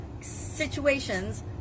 situations